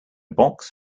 box